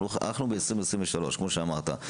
אנחנו ב-2023 כמו שאמרת.